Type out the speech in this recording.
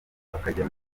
akajya